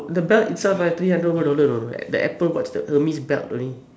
the belt itself right three hundred over dollar you know the apple watch Hermes belt only